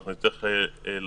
אנחנו נצטרך לראות